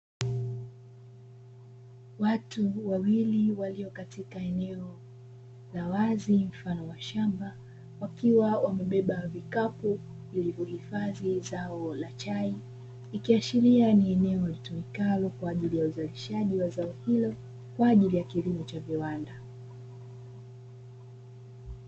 Watu wawili walio katika eneo la wazi mfano wa shamba wakiwa wamebeba vikapu vilivyohifadhi zao la chai, ikiashiria ni eneo litumikalo kwa ajili ya uzalishaji wa zao hilo kwa ajilii ya kilimo cha viwanda.